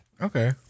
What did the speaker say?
Okay